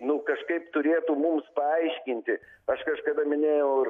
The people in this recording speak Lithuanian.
nu kažkaip turėtų mums paaiškinti aš kažkada minėjau ir